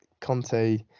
Conte